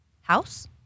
house